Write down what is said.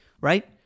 right